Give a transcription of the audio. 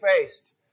faced